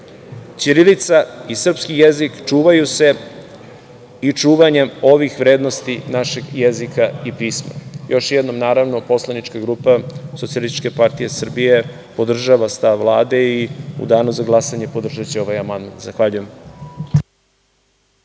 ustaše. Ćirilica i srpski jezik čuvaju se i čuvanjem ovih vrednosti našeg jezika i pisma. Još jednom, naravno, poslanička grupa Socijalističke partije Srbije podržava stav Vlade i u danu za glasanje podržaće ovaj amandman. Zahvaljujem.